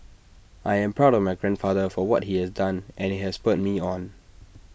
I am proud of my grandfather for what he has done and IT has spurred me on